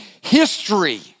history